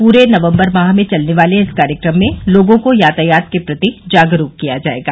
पूरे नवम्बर माह चलने वाले इस कार्यक्रम में लोगों को यातायात के प्रति जागरूक किया जायेगा